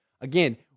Again